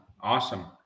Awesome